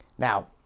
Now